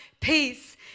peace